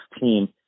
team